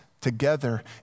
together